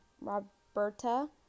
Roberta